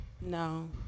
No